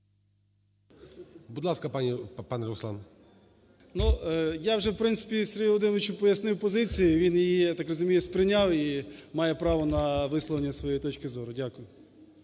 КНЯЗЕВИЧ Р.П. Ну, я вже, в принципі, Сергію Володимировичу пояснив позицію. Він її, я так розумію, сприйняв і має право на висловлення своєї точки зору. Дякую.